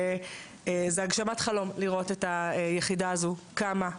זאת הגשמת חלום לראות את היחידה הזאת קמה,